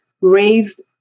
raised